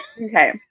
Okay